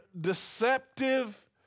deceptive